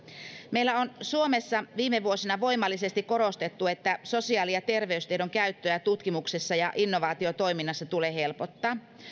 meillä on suomessa viime vuosina voimallisesti korostettu että sosiaali ja terveystiedon käyttöä tutkimuksessa ja innovaatiotoiminnassa tulee helpottaa